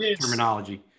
terminology